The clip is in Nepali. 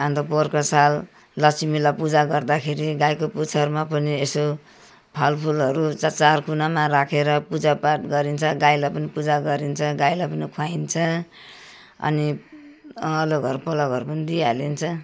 अन्त पोहोरको साल लक्ष्मीलाई पूजा गर्दाखेरि गाईको पुच्छरमा पनि यसो फल फुलहरू चार चार कुनामा राखेर पूजा पाठ गरिन्छ गाईलाई पनि पूजा गरिन्छ गाईलाई पनि खुवाइन्छ अनि अल्लो घर पल्लो घर पनि दिइहालिन्छ